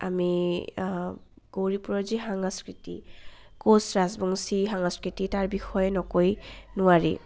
আমি গৌৰীপুৰৰ যি সাংস্কৃতি কোচ ৰাজবংশী সাংস্কৃতি তাৰ বিষয়ে নকৈ নোৱাৰি